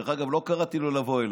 דרך אגב, לא קראתי לו לבוא אליי,